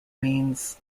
means